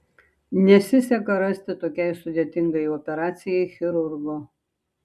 nesiseka rasti tokiai sudėtingai operacijai chirurgo